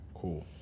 Cool